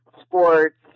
sports